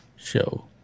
Show